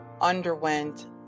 underwent